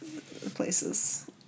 places